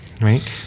right